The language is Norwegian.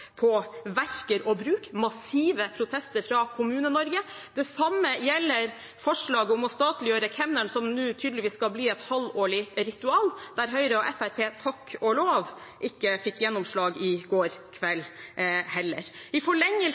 på verker og bruk, til massive protester fra Kommune-Norge. Det samme gjelder forslaget om å statliggjøre kemneren, noe som nå tydeligvis skal bli et halvårlig ritual, men Høyre og Fremskrittspartiet fikk – takk og lov – ikke gjennomslag for det i går kveld heller. I